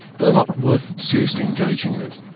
but not worth seriously engaging with.